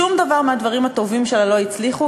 שום דבר מהדברים הטובים שלה לא הצליחו,